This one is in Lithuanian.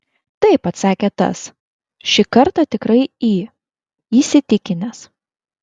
taip atsakė tas šį kartą tikrai į įsitikinęs